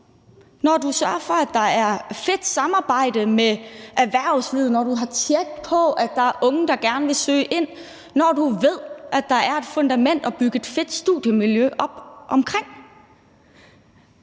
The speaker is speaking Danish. når du sørger for, at der er et fedt samarbejde med erhvervslivet, når du har tjek på, at der er unge, der gerne vil søge ind, og når du ved, at der er et fundament at bygge et fedt studiemiljø op omkring.